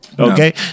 Okay